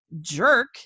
jerk